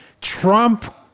Trump